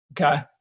Okay